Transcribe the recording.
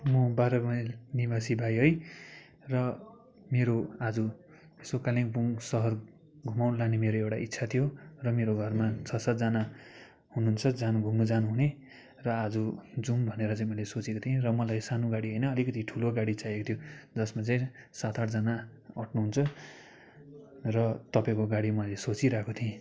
म बाह्र माइल निवासी भाइ है र मेरो आज यसो कालिम्पोङ सहर घुमाउनु लाने मेरो एउटा इच्छा थियो र मेरो घरमा छ सातजना हुनुहुन्छ जानु घुम्नु जानु हुने र आज जाउँ भनेर चाहिँ मैले सोचेको थिएँ र मलाई सानो गाडी होइन अलिकति ठुलो गाडी चाहिएको थियो जसमा चाहिँ सात आठजना अट्नुहुन्छ र तपाईँको गाडी मैले सोचिरहेको थिएँ